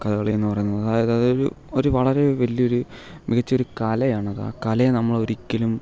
കഥകളിയെന്ന് പറയുന്നത് അതായത് അതൊരു ഒരു വളരെ വലിയൊരു മികച്ച ഒരു കലയാണത് ആ കലയെ നമ്മൾ ഒരിക്കലും